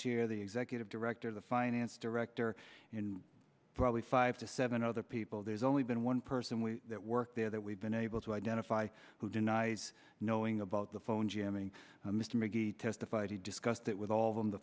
chair the executive director the finance director and probably five to seven other people there's only been one person that worked there that we've been able to identify who denies knowing about the phone jamming mr mcgee testified he discussed that with all of them t